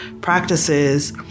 practices